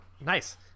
Nice